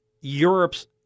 Europe's